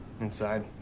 Inside